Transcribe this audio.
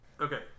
Okay